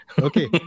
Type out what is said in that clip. Okay